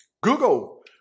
Google